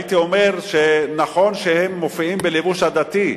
הייתי אומר, שנכון שהם מופיעים בלבוש הדתי,